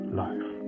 life